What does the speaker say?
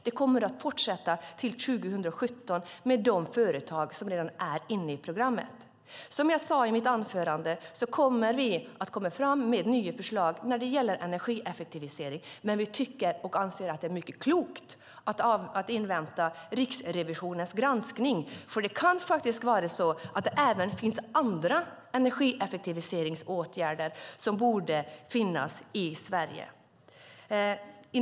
Det kommer att fortsätta till 2017 med de företag som redan är inne i programmet. Som jag sade i mitt anförande kommer vi att komma fram med nya förslag när det gäller energieffektivisering. Men vi anser att det är mycket klokt att invänta Riksrevisionens granskning. Det kan vara så att det även finns andra energieffektiviseringsåtgärder som borde finnas i Sverige.